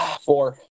Four